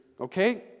okay